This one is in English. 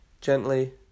gently